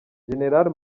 jenerali